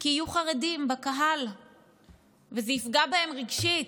כי יהיו חרדים בקהל וזה יפגע בהם רגשית.